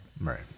Right